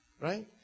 Right